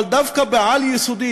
אבל דווקא בעל-יסודי,